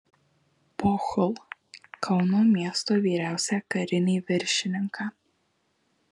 pohl kauno miesto vyriausią karinį viršininką